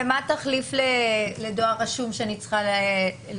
ומה התחליף לדואר רשום שאני צריכה לחתום?